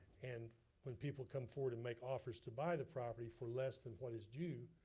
and when people come forward and make offers to buy the property for less than what is due,